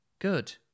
Good